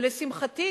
לשמחתי,